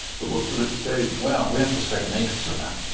but what's the next stage? well, we have to strike a matrix to that.